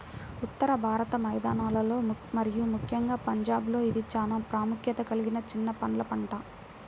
ఉత్తర భారత మైదానాలలో మరియు ముఖ్యంగా పంజాబ్లో ఇది చాలా ప్రాముఖ్యత కలిగిన చిన్న పండ్ల పంట